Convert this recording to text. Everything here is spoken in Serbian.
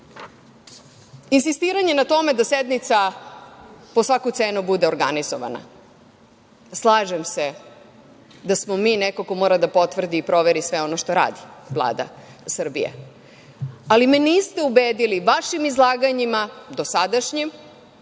podatke. Insistiranje na tome da sednica po svaku cenu bude organizovana. Slažem se da smo mi neko ko mora da potvrdi i proveri sve ono što radi Vlada Srbije, ali me niste ubedili vašim izlaganjima, dosadašnjim,